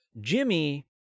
Jimmy